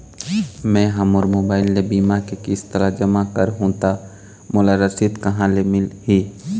मैं हा मोर मोबाइल ले बीमा के किस्त ला जमा कर हु ता मोला रसीद कहां ले मिल ही?